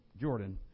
Jordan